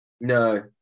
No